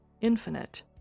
infinite